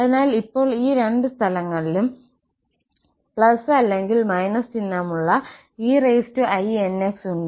അതിനാൽ ഇപ്പോൾ ഈ രണ്ട് സ്ഥലങ്ങളിലും അല്ലെങ്കിൽ ചിഹ്നമുള്ള einx ഉണ്ട്